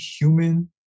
human